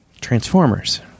Transformers